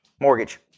Mortgage